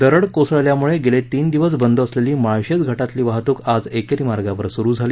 दरड कोसल्यामुळे गेले तीन दिवस बंद असलेली माळशेज घाटातली वाहतुक आज एकेरी मार्गावर सुरु झाली